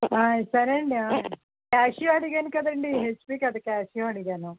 సరే అండి క్యాషియో అడిగాను కదండి హెచ్పి కాదు క్యాషియో అడిగాను